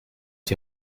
die